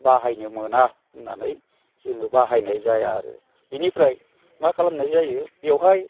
बाहायनो मोना होननानै जोङो बाहायनाय जाया आरो बिनिफ्राय मा खालामनाय जायो बेवहाय